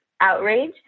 outrage